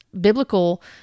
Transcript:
biblical